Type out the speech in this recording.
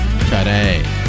today